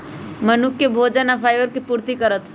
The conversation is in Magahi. मनुख के भोजन आ फाइबर के पूर्ति करत